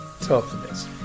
toughness